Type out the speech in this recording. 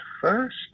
first